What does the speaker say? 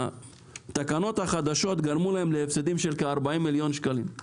התקנות החדשות גרמו להם להפסדים של כ-40 מיליון שקלים.